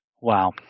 Wow